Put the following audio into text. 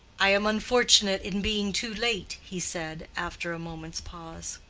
i am unfortunate in being too late, he said, after a moment's pause.